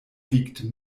wiegt